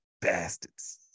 Bastards